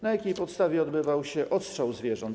Na jakiej podstawie odbywał się odstrzał zwierząt?